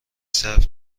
صرف